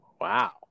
wow